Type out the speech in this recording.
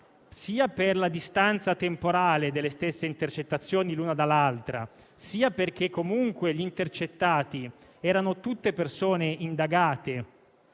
sia per la distanza temporale delle stesse intercettazioni l'una dall'altra sia perché, comunque, gli intercettati erano tutte persone indagate,